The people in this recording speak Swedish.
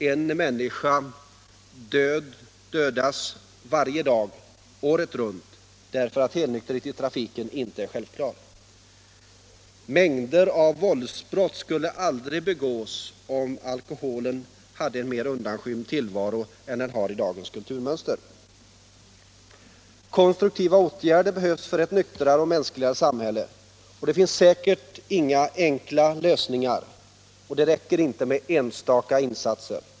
En människa varje dag, året runt, dödas därför att helnykterhet i trafiken inte är självklar. Mängder av våldsbrott skulle aldrig begås om alkoholen hade en mer undanskymd tillvaro än den har i dagens kulturmönster. Konstruktiva åtgärder behövs för ett nyktrare och mänskligare samhälle. Det finns säkert inga enkla lösningar, och det räcker inte med enstaka insatser.